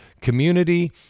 community